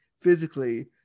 physically